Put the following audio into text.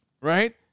right